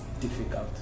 difficult